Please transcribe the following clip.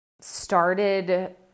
started